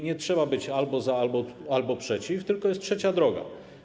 Nie trzeba być albo za, albo przeciw, tylko jest trzecia droga.